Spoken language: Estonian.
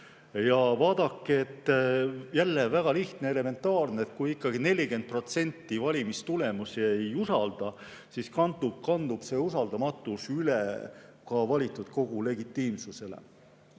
Vaadake, jälle väga lihtne ja elementaarne: kui ikkagi 40% valimistulemusi ei usalda, siis kandub see usaldamatus üle ka valitud kogu legitiimsusele.